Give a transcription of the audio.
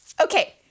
Okay